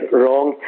wrong